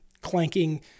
clanking